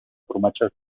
formatges